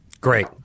Great